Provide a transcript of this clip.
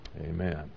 Amen